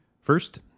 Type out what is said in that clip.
First